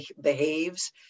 behaves